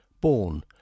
born